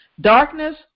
Darkness